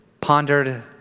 pondered